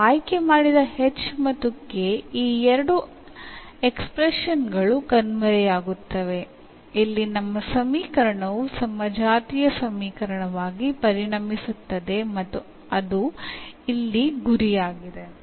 ನಾವು ಆಯ್ಕೆ ಮಾಡಿದ h ಮತ್ತು k ಈ ಎರಡು ಎಕ್ಸ್ಪ್ರೆಶನ್ಗಳು ಕಣ್ಮರೆಯಾಗುತ್ತವೆ ಇಲ್ಲಿ ನಮ್ಮ ಸಮೀಕರಣವು ಸಮಜಾತೀಯ ಸಮೀಕರಣವಾಗಿ ಪರಿಣಮಿಸುತ್ತದೆ ಮತ್ತು ಅದು ಇಲ್ಲಿ ಗುರಿಯಾಗಿದೆ